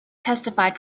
testified